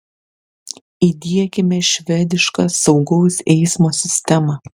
įdiekime švedišką saugaus eismo sistemą